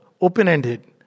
open-ended